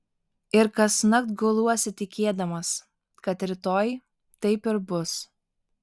ir kasnakt guluosi tikėdamas kad rytoj taip ir bus